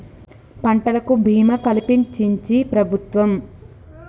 పంటలకు భీమా కలిపించించి ప్రభుత్వం